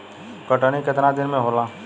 कटनी केतना दिन में होला?